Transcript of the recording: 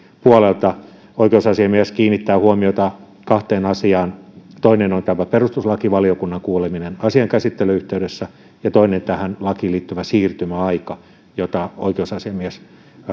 puolelta oikeusasiamies kiinnittää huomiota kahteen asiaan toinen on tämä perustuslakivaliokunnan kuuleminen asian käsittelyn yhteydessä ja toinen tähän lakiin liittyvä siirtymäaika jota oikeusasiamies